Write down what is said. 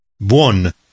Buon